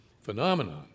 phenomenon